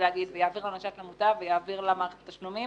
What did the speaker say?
לומר יעביר הנש"פ למוטב ויעביר למערכת התשלומים